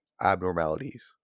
abnormalities